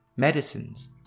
medicines